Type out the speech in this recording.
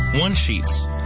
one-sheets